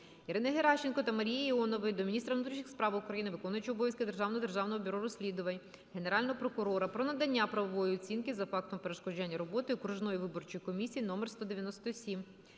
Ірини Геращенко та Марії Іонової до міністра внутрішніх справ України, виконувача обов'язків Директора Державного бюро розслідувань, Генерального прокурора про надання правової оцінки за фактом перешкоджання роботи окружної виборчої комісії № 197.